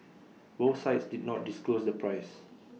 both sides did not disclose the price